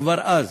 כבר אז.